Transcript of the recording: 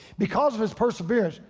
because of his perseverance,